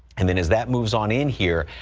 and then as that moves on in here,